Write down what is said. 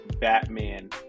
Batman